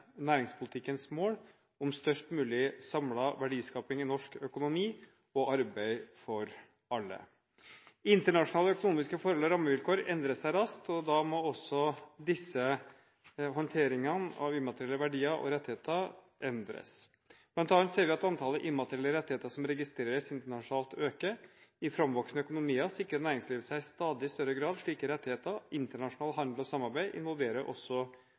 næringspolitikkens mål om størst mulig samlet verdiskaping i norsk økonomi og arbeid for alle. Internasjonale økonomiske forhold og rammevilkår endrer seg raskt, og da må også håndteringen av immaterielle verdier og rettigheter endres. Blant annet ser vi at antallet immaterielle rettigheter som registreres internasjonalt, øker. I framvoksende økonomier sikrer næringslivet seg i stadig større grad slike rettigheter. Internasjonal handel og samarbeid involverer også